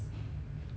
what am I saying